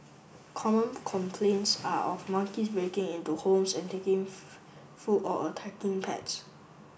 common complaints are of monkeys breaking into homes and taking food or attacking pets